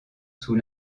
sous